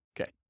Okay